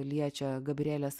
liečia gabrielės